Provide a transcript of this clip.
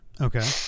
Okay